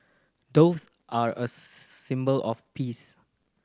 doves are a symbol of peace